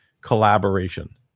collaboration